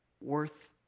worth